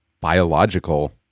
biological